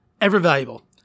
ever-valuable